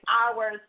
hours